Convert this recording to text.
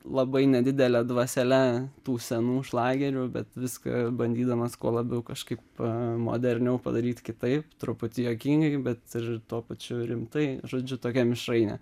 labai nedidele dvasele tų senų šlagerių bet viską bandydamas kuo labiau kažkaip moderniau padaryt kitaip truputį juokingai bet ir tuo pačiu rimtai žodžiu tokia mišrainė